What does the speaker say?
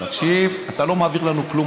אתה לא מעביר לנו כלום.